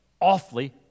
awfully